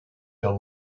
the